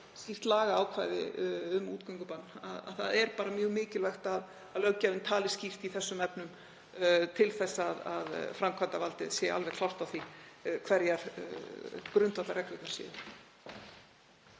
skýrt lagaákvæði um útgöngubann. Það er bara mjög mikilvægt að löggjafinn tali skýrt í þessum efnum til að framkvæmdarvaldið sé alveg klárt á því hverjar grundvallarreglurnar séu.